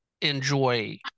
enjoy